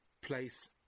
place